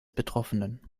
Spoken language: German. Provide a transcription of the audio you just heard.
betroffenen